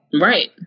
Right